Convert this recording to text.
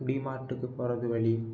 டிமார்ட்டுக்கு போகிறது வழி